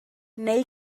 neu